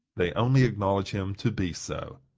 they only acknowledge him to be so.